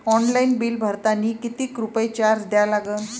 Online bill भरतानी कितीक रुपये चार्ज द्या लागन?